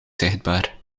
zichtbaar